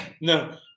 No